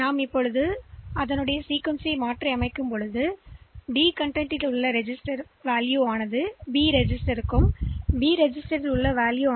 எனவே நீங்கள் இங்கே ஒரு POP B ஐ செய்தால் D பதிவின் உள்ளடக்கம் என்ன நடக்கும் என்பது D பதிவேட்டில் செல்வதற்கு பதிலாக B பதிவேட்டில் வரும்